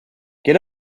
get